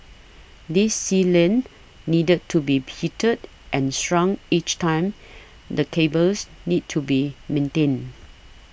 this sealant needed to be heated and shrunk each time the cables need to be maintained